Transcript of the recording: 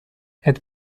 had